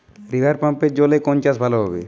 রিভারপাম্পের জলে কোন চাষ ভালো হবে?